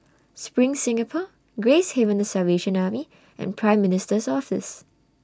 SPRING Singapore Gracehaven The Salvation Army and Prime Minister's Office